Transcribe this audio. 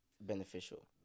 beneficial